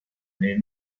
mais